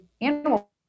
animal